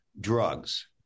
drugs